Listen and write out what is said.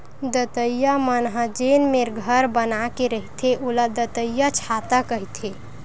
दतइया मन ह जेन मेर घर बना के रहिथे ओला दतइयाछाता कहिथे